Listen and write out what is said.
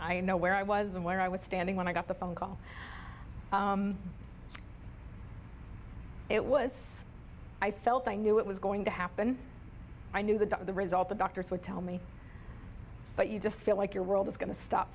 i know where i was and where i was standing when i got the phone call it was i felt i knew what was going to happen i knew that the result the doctors would tell me but you just feel like your world is going to stop